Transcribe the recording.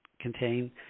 contain